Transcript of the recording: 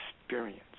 experience